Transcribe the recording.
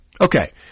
Okay